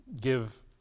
give